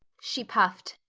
she puffed.